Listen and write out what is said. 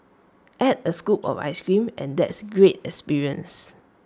add A scoop of Ice Cream and that's A great experience